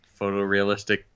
photorealistic